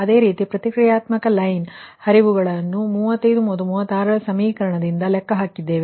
ಅದೇ ರೀತಿ ಪ್ರತಿಕ್ರಿಯಾತ್ಮಕ ಲೈನ್ ವಿದ್ಯುತ್ ಹರಿವುಗಳನ್ನು 35 ಮತ್ತು 37 ರ ಸಮೀಕರಣದಿಂದ ಲೆಕ್ಕ ಹಾಕಿದ್ದೇವೆ